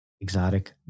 exotic